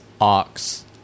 Ox